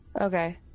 okay